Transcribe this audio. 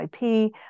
IP